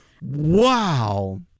wow